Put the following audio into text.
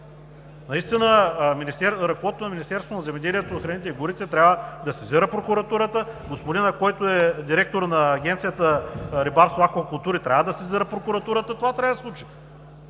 Ръководството на Министерството на земеделието, храните и горите трябва да сезира прокуратурата. Господинът, който е директор на Агенцията по рибарство и аквакултури трябва да сезира прокуратурата. Това трябва да се случи.